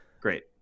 Great